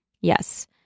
Yes